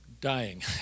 dying